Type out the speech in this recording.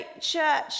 church